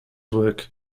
work